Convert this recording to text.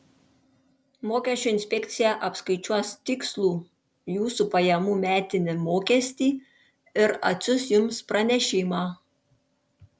mokesčių inspekcija apskaičiuos tikslų jūsų pajamų metinį mokestį ir atsiųs jums pranešimą